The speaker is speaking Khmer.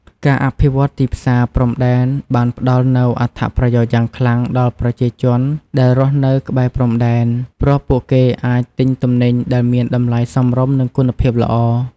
ការអភិវឌ្ឍទីផ្សារព្រំដែនបានផ្តល់នូវអត្ថប្រយោជន៍យ៉ាងខ្លាំងដល់ប្រជាជនដែលរស់នៅក្បែរព្រំដែន ព្រោះពួកគេអាចទិញទំនិញដែលមានតម្លៃសមរម្យនិងគុណភាពល្អ។